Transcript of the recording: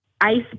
ice